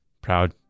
proud